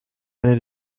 einer